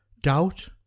doubt